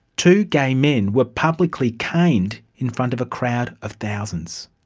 two gay men were publically caned in front of a crowd of thousands.